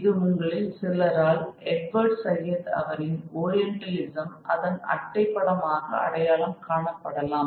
இது உங்களில் சிலரால் எட்வர்ட் சையத் அவரின் ஓரியன்டலிசம் அதன் அட்டை படமாக அடையாளம் காணப்படலாம்